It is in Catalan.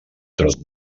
trot